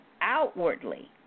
outwardly